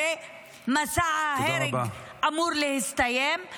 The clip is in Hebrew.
הרי מסע ההרג אמור להסתיים.